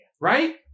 Right